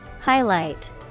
Highlight